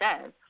says